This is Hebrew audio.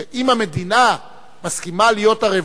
אם המדינה מסכימה להיות ערבה,